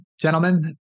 Gentlemen